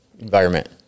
environment